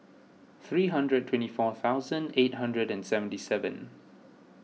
three hundred and twenty four thousand eight hundred and seventy seven